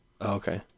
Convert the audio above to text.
okay